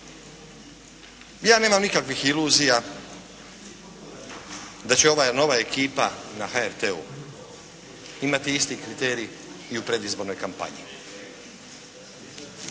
Ja nemam nikakvih iluzija da će ova nova ekipa na HRT-u imati isti kriterij i u predizbornoj kampanji.